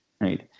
right